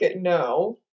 no